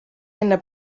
enne